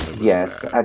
Yes